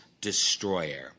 destroyer